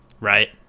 right